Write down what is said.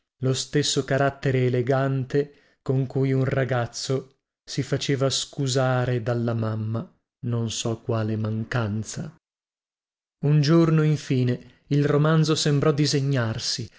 lo stesso carattere elegante con cui un ragazzo si faceva scusare dalla mamma non so quale mancanza un giorno infine il romanzo sembrò disegnarsi